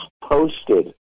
posted